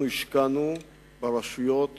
אנחנו השקענו ברשויות